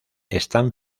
están